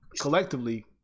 collectively